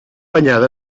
anyada